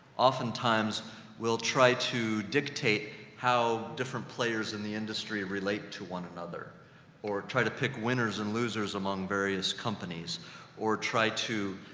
oftentimes will try to dictate how different players in the industry relate to one another or try to pick winners and losers among various companies or try to,